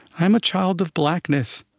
i'm a child of blackness.